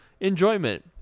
enjoyment